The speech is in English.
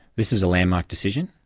this is a landmark decision.